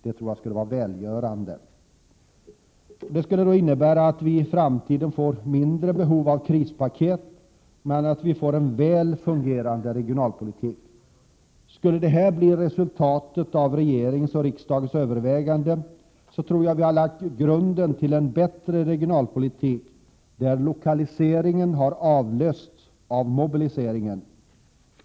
Det skulle vara välgörande. och det skulle innebära att vi i framtiden får mindre behov av krispaket, men att vi får en väl fungerande regionalpolitik. Skulle detta bli resultatet av regeringens och riksdagens överväganden tror jag att vi har lagt grunden till en bättre regionalpolitik, där ”lokaliseringen” har avlösts av ”mobiliseringen”.